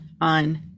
on